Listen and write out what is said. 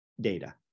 data